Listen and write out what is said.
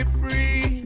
free